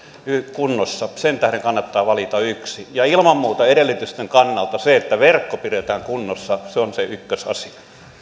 kunnossa sen tähden kannattaa valita yksi ja ilman muuta edellytysten kannalta se että verkko pidetään kunnossa on se ykkösasia